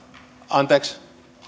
anteeksi